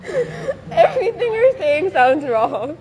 everything you say sounds wrong